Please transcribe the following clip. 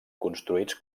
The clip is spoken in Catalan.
construïts